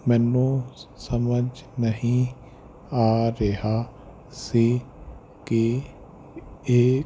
ਮੈਨੂੰ ਸਮਝ ਨਹੀਂ ਆ ਰਿਹਾ ਸੀ ਕਿ ਇਹ